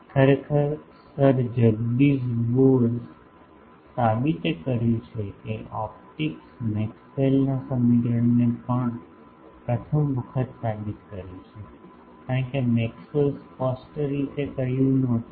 ખરેખર સર જગદીશ બોઝે સાબિત કર્યું કે ઓપ્ટિક્સ મેક્સવેલના સમીકરણને પણ પ્રથમ વખત સાબિત કરયુ છે કારણ કે મેક્સવેલ સ્પષ્ટ રીતે કહ્યું નોતું